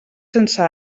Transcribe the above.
sense